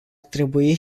trebui